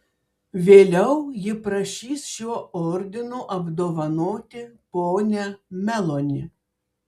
vėliau ji prašys šiuo ordinu apdovanoti ponią meloni